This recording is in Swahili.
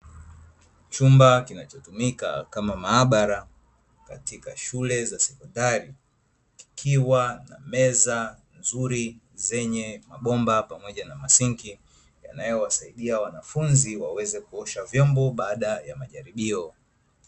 Chumba kinachotumika kama maabara katika shule za sekondari, kikiwa na meza nzuri zenye mabomba pamoja na masinki yanayowasaidia wanafunzi waweze kuosha vyombo baada ya majaribio.